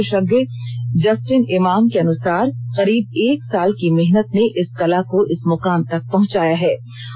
कला विशेषज्ञ जस्टिन इमाम के अनुसार करीब एक साल की मेहनत ने इस कला को इस मुकाम तक पहुंचाया है